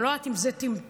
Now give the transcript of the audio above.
אני לא יודעת אם זה טמטום.